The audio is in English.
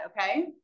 Okay